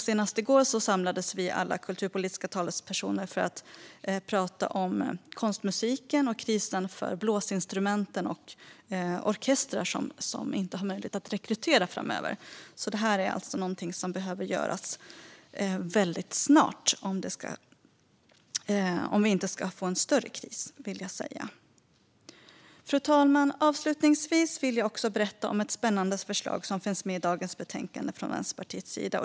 Senast igår samlades alla vi kulturpolitiska talespersoner för att tala om konstmusiken, krisen för blåsinstrumenten och orkestrar som inte har möjlighet att rekrytera. Här behöver det göras något snart om vi inte ska få en större kris. Fru talman! Avslutningsvis vill jag också berätta om ett spännande förslag från Vänsterpartiet som finns i dagens betänkande.